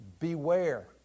beware